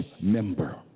member